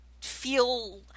feel